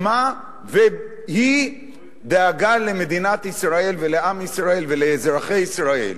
והיא דאגה למדינת ישראל, לעם ישראל ולאזרחי ישראל.